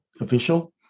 official